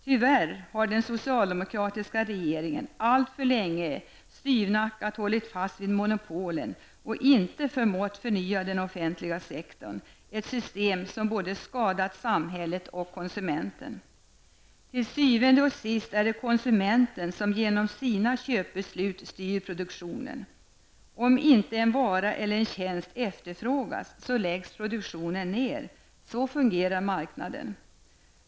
Tyvärr har den socialdemokratiska regeringen alltför länge styvnackat hållit fast vid monopolen och inte förmått förnya den offentliga sektorn -- ett system som både skadat samhället och konsumenten. Til syvende og sidst är det konsumeten som genom sina köpbeslut styr produktionen. Om inte en vara eller en tjänst efterfrågas, så läggs produktionen ner. Så fungerar marknaden.